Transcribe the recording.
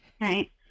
right